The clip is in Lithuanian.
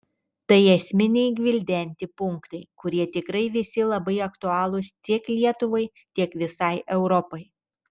tai esminiai gvildenti punktai kurie tikrai visi labai aktualūs tiek lietuvai tiek visai europai